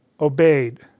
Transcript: obeyed